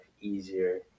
easier